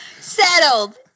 Settled